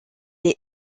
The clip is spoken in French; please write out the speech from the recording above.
est